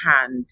hand